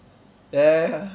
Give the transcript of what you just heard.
ya ya ya